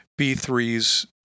B3s